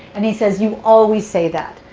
and he says, you always say that.